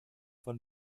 von